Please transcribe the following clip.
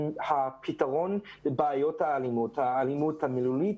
הפתרון לבעיות האלימות המילולית